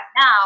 now